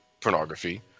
pornography